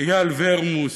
איל ורמוס,